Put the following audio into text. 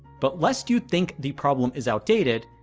but lest you think the problem is outdated,